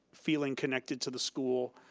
feeling connected to the school,